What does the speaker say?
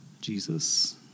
Jesus